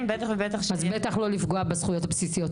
--- אז בטח לא לפגוע בזכויות הבסיסיות.